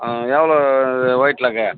எவ்வளோ இது white leg